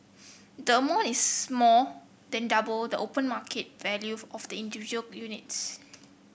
the amount is more than double the open market value of the individual units